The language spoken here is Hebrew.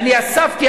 אספתי,